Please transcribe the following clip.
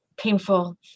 Painful